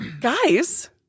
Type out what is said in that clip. guys